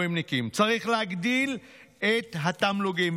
המילואימניקים, צריך להגדיל את התמלוגים.